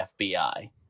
FBI